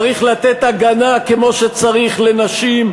צריך לתת הגנה כמו שצריך לנשים,